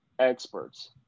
Experts